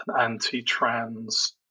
anti-trans